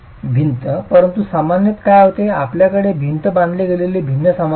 भिंत परंतु सामान्यत काय होते आपल्याकडे भिंत बांधली गेलेली भिन्न सामग्री आहे